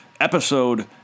episode